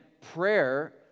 prayer